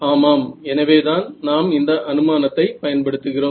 ஆமாம் எனவேதான் நாம் இந்த அனுமானத்தை பயன்படுத்துகிறோம்